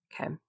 Okay